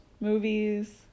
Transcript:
Movies